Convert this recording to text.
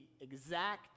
exact